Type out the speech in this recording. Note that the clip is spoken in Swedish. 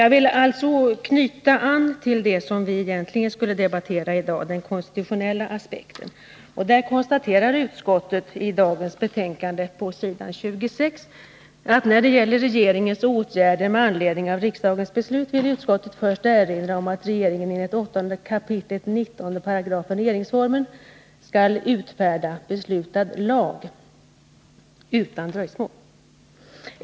Jag vill knyta an till det som vi egentligen skulle debattera i dag, nämligen den konstitutionella aspekten. Där konstaterar utskottet i dagens betänkande på s. 26: ”När det gäller regeringens åtgärder med anledning av riksdagens beslut vill utskottet först erinra om att regeringen enligt 8 kap. 19 § regeringsformen skall utfärda beslutad lag utan dröjsmål.